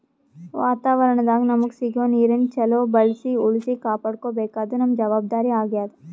ವಾತಾವರಣದಾಗ್ ನಮಗ್ ಸಿಗೋ ನೀರನ್ನ ಚೊಲೋ ಬಳ್ಸಿ ಉಳ್ಸಿ ಕಾಪಾಡ್ಕೋಬೇಕಾದ್ದು ನಮ್ಮ್ ಜವಾಬ್ದಾರಿ ಆಗ್ಯಾದ್